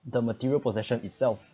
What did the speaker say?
the material possession itself